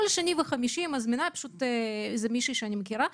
כל שני וחמישי היא מזמינה, זו מישהי שאני מכירה.